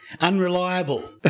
Unreliable